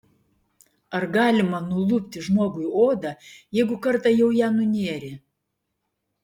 ar galima nulupti žmogui odą jeigu kartą jau ją nunėrė